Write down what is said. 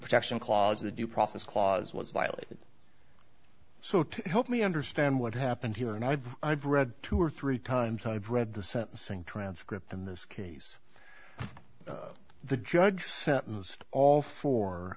protection clause the due process clause was violated so to help me understand what happened here and i've i've read two or three times i've read the sentencing transcript in this case the judge sentenced all four